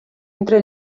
entre